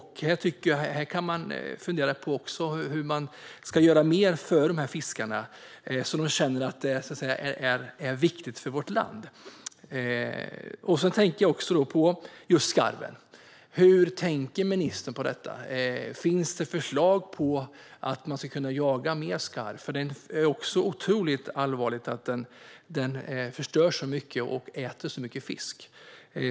Här tycker jag att man kan fundera på hur man kan göra mer för de här fiskarna, så att de känner att fisket är viktigt för vårt land. Jag tänker också på skarven. Hur tänker ministern här? Finns det förslag om att man ska kunna jaga mer skarv? Det är otroligt allvarligt att den förstör så mycket och äter så mycket fisk.